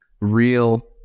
real